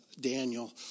Daniel